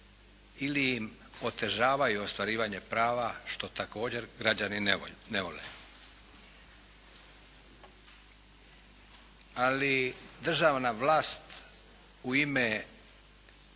ili im otežavaju ostvarivanje prava, što također građani ne vole ali državna vlast u ime